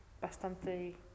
Bastante